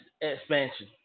expansion